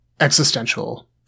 existential